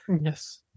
yes